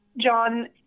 John